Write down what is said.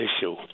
issue